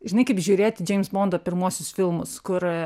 žinai kaip žiūrėti džeims bondo pirmuosius filmus kur